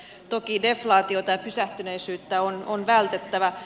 toki deflaatiota ja pysähtyneisyyttä on vältettävä